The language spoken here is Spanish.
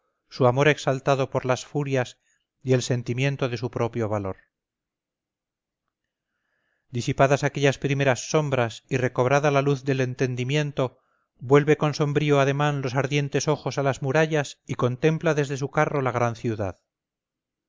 su amor exaltado por las furias y el sentimiento de su propio valor disipadas aquellas primeras sombras y recobrada la luz del entendimiento vuelve con sombrío ademán los ardientes ojos a las murallas y contempla desde su carro la gran ciudad